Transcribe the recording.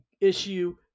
issue